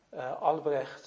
Albrecht